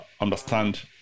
understand